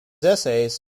essays